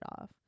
off